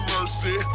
Mercy